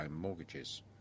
mortgages